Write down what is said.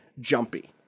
jumpy